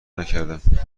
نکردم